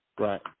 Right